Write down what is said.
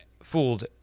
fooled